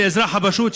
לאזרח הפשוט,